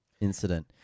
incident